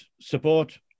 support